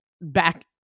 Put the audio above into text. back